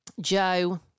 Joe